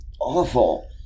awful